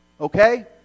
okay